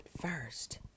first